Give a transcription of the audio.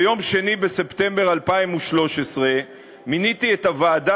ביום 2 בספטמבר 2013 מיניתי את הוועדה